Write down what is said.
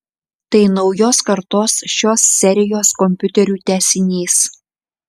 tai naujos kartos šios serijos kompiuterių tęsinys